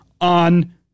on